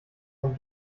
ein